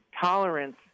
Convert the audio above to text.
tolerance